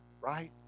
right